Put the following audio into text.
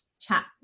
chat